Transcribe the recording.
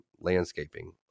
landscaping